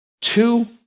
two